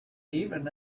even